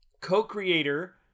co-creator